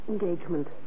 engagement